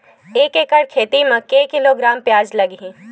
एक एकड़ खेती म के किलोग्राम प्याज लग ही?